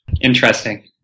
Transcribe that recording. interesting